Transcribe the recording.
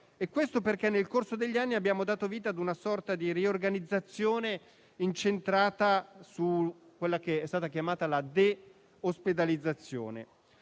perché, nel corso degli anni, abbiamo dato vita a una sorta di riorganizzazione incentrata su quella che è stata chiamata la de-ospedalizzazione.